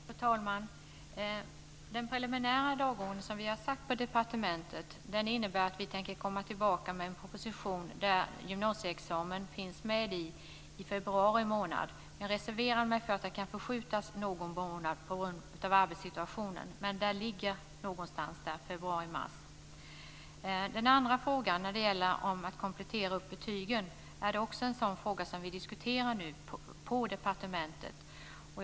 Fru talman! Den preliminära dagordning som vi har lagt fast på departementet innebär att vi i februari månad tänker komma tillbaka med en proposition där gymnasieexamen finns med. Jag reserverar mig för att den kan förskjutas någon månad på grund av arbetssituationen, men propositionen är planerad till någon gång i februari-mars. När det gäller att tentera upp betygen är det också en fråga som vi diskuterar nu på departementet.